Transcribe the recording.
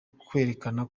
kukwereka